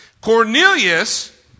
Cornelius